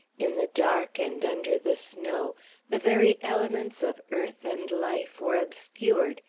in the dark and under the snow the very elements of earth and life were obscured,